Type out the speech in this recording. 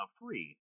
free